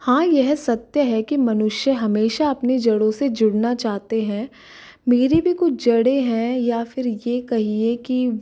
हाँ यह सत्य है कि मनुष्य हमेशा अपनी जड़ों से जुड़ना चाहते हैं मेरी भी कुछ जड़ें है या फिर यह कहिए कि